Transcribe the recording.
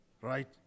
right